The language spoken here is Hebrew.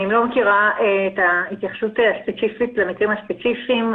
אני לא מכירה את ההתייחסות הספציפית למקרים הספציפיים,